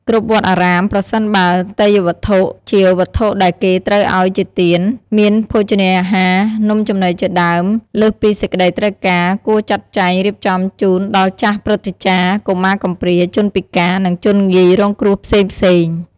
គ្រប់វត្តអារាម ប្រសិនបើ ទេយ្យវត្ថុ ជាវត្ថុដែលគេត្រូវឱ្យជាទាន មានភោជនាហារ នំចំណីជាដើម លើសពីសេចក្តីត្រូវការ គួរចាត់ចែង រៀបចំជូនដល់ចាស់ព្រឹទ្ធាចារ្យ កុមារកំព្រា ជនពិការ និងជនងាយរងគ្រោះផ្សេងៗ។